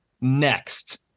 next